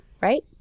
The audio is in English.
right